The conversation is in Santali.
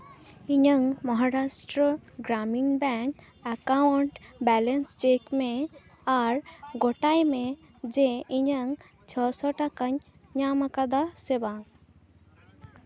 ᱤᱧᱟᱹᱜ Maharashtra Gramin Bank account balance check ᱢᱮ ᱟᱨ ᱜᱚᱴᱟᱭ ᱢᱮ ᱡᱮ ᱤᱧᱟᱹᱜ ᱪᱷᱚ ᱥᱚ ᱴᱟᱠᱟᱧ ᱧᱟᱢ ᱠᱟᱫᱟ ᱥᱮ ᱵᱟᱝ